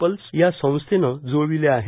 plus या संस्थेने जुळविल्या आहेत